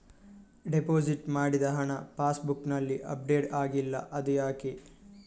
Deposit ಮಾಡಿದ ಹಣ pass ಬುಕ್ನಲ್ಲಿ ಅಪ್ಡೇಟ್ ಆಗಿಲ್ಲ ಅದು ಯಾಕೆ?